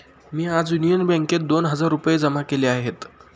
मी आज युनियन बँकेत दोन हजार रुपये जमा केले आहेत